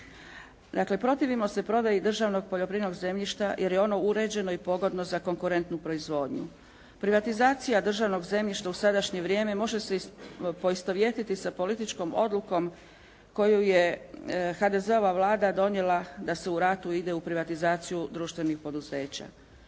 Dakle protivimo se prodaji državnog poljoprivrednog zemljišta jer je ono uređeno i pogodno za konkurentnu proizvodnju. Privatizacija državnog zemljišta u sadašnje vrijeme može se poistovjetiti sa političkom odlukom koju je HDZ-ova Vlada donijela da se u ratu ide u privatizaciju društvenih poduzeća.